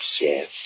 yes